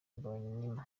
mbonimpa